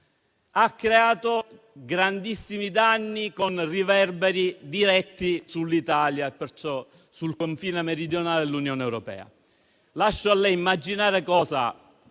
creato grandissimi danni, con riverberi diretti sull'Italia, perciò sul confine meridionale dell'Unione europea. Lascio a lei concludere cosa